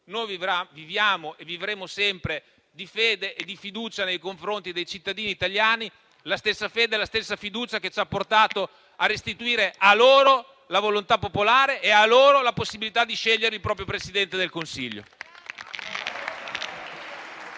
noi viviamo e vivremo sempre di fede e di fiducia nei confronti dei cittadini italiani; la stessa fede e la stessa fiducia che ci hanno portato a restituire loro la volontà popolare e la possibilità di scegliere il proprio Presidente del Consiglio.